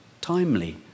timely